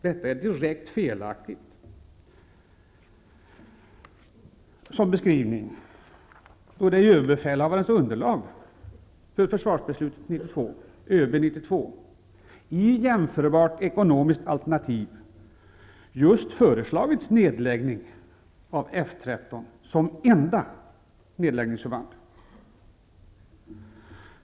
Detta är direkt felaktigt som beskrivning då det i överbefälhavarens underlag för försvarsbeslut 1992 i jämförbart ekonomiskt alternativ just föreslagits nedläggning av F 13 som enda förband.